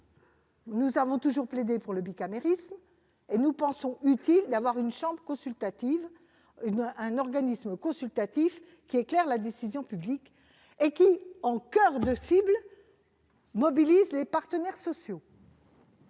Nous avons toujours plaidé pour le bicamérisme et nous pensons utile d'avoir un organisme consultatif qui éclaire la décision publique et qui, en coeur de cible, mobilise les partenaires sociaux.